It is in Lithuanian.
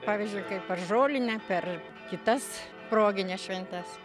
pavyzdžiui kaip per žolinę per kitas progines šventes